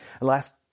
Last